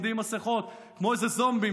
עומדים עם מסכות כמו איזה זומבים,